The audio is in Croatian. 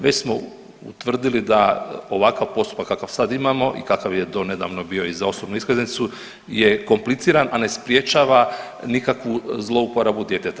Već smo utvrdili da ovakav postupak kakav sad imamo i kakav je donedavno bio i za osobnu iskaznicu je kompliciran, a ne sprječava nikakvu zlouporabu djeteta.